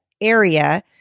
area